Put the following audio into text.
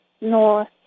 north